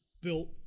built